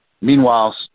meanwhile